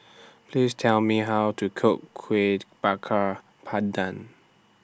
Please Tell Me How to Cook Kueh Bakar Pandan